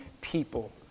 people